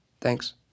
Thanks